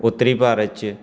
ਉੱਤਰੀ ਭਾਰਤ 'ਚ